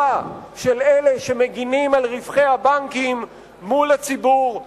של אלה שמגינים על רווחי הבנקים מול הציבור,